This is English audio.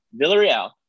Villarreal